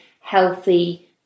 healthy